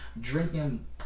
drinking